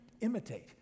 imitate